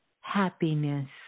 happiness